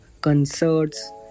concerts